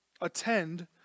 Attend